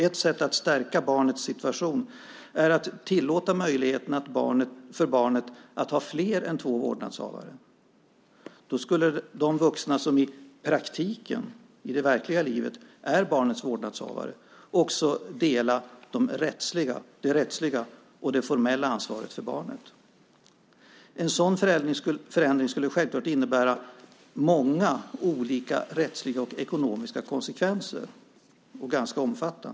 Ett sätt att stärka barnets situation är att man tillåter att barnet har fler än två vårdnadshavare. Då skulle de vuxna som i praktiken, i det verkliga livet, är barnets vårdnadshavare också dela det rättsliga och formella ansvaret för barnet. En sådan förändring skulle självklart få många olika och ganska omfattande rättsliga och ekonomiska konsekvenser.